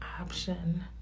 option